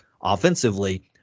offensively